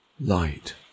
light